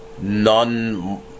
none